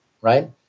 right